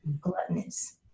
gluttonous